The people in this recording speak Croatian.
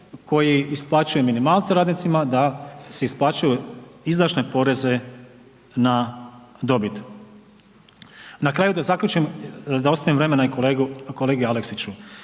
koji isplaćuju minimalce radnicima da si isplaćuju izdašne poreze na dobit. Na kraju da zaključim, da ostavim vremena i kolegi Aleksiću,